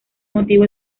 motivo